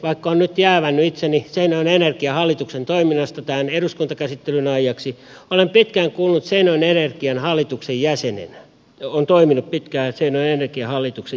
vaikka olen nyt jäävännyt itseni seinäjoen energian hallituksen toiminnasta tämän eduskuntakäsittelyn ajaksi olen toiminut pitkään seinäjoen energian hallituksen jäsenet on toiminut pitkään seineen teki jäsenenä